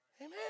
Amen